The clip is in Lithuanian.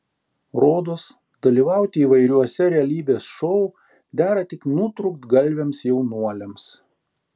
rodos dalyvauti įvairiuose realybės šou dera tik nutrūktgalviams jaunuoliams